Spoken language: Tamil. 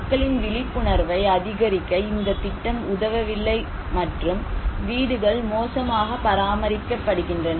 மக்களின் விழிப்புணர்வை அதிகரிக்க இந்த திட்டம் உதவவில்லை மற்றும் வீடுகள் மோசமாக பராமரிக்கப்படுகின்றன